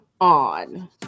on